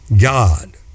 God